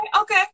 okay